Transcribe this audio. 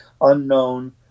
unknown